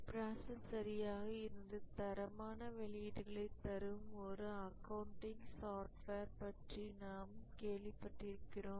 process சரியாக இருந்து தரமான வெளியீடுகளை தரும் ஒரு அக்கவுண்டிங் சாப்ட்வேர் பற்றி நாம் கேள்விப்பட்டிருக்கிறோம்